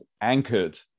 anchored